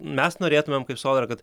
mes norėtumėm kaip sodra kad